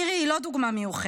מירי היא לא דוגמה מיוחדת.